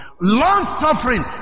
Long-suffering